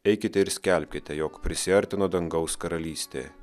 eikite ir skelbkite jog prisiartino dangaus karalystė